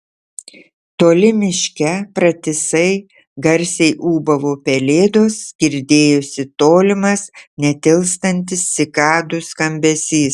toli miške pratisai garsiai ūbavo pelėdos girdėjosi tolimas netilstantis cikadų skambesys